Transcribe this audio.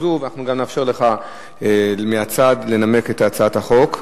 הקודמת ואנחנו נאפשר גם לו לנמק מהצד את הצעת החוק.